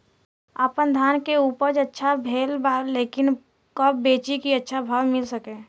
आपनधान के उपज अच्छा भेल बा लेकिन कब बेची कि अच्छा भाव मिल सके?